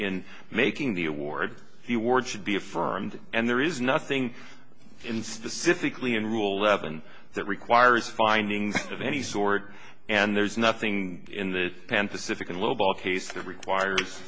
in making the award the word should be affirmed and there is nothing in specifically in ruhleben that requires findings of any sort and there's nothing in the pan pacific and lowball case that requires